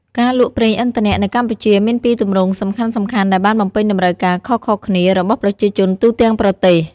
ការលក់ប្រេងឥន្ធនៈនៅកម្ពុជាមានពីរទម្រង់សំខាន់ៗដែលបានបំពេញតម្រូវការខុសៗគ្នារបស់ប្រជាជនទូទាំងប្រទេស។